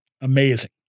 amazing